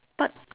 but